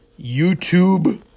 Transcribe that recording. YouTube